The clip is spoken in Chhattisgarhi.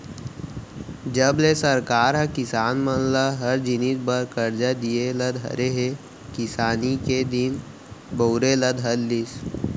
जब ले सरकार ह किसान मन ल हर जिनिस बर करजा दिये ल धरे हे किसानी के दिन बहुरे ल धर लिस